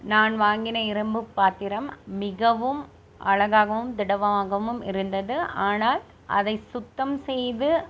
நான் வாங்கின இரும்பு பாத்திரம் மிகவும் அழகாகவும் திடமாகவும் இருந்தது ஆனால் அதை சுத்தம் செய்து